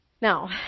Now